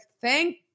thank